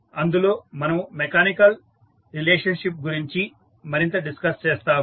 అందులో మనము mechanical relationship గురించి మరింత డిస్కస్ చేస్తాము